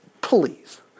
Please